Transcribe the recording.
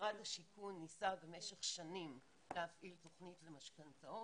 משרד השיכון ניסה במשך שנים להפעיל תוכנית למשכנתאות.